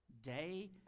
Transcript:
day